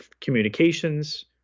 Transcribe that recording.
communications